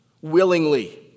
willingly